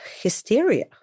hysteria